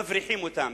מבריחים אותם.